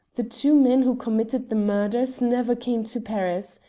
the two men who committed the murders never came to paris.